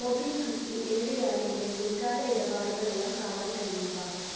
മൊബിക്വിക്കിൽ എവിടെയാണ് എൻ്റെ മുൻകാല ഇടപാടുകളെല്ലാം കാണാൻ കഴിയുക